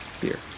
beer